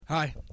Hi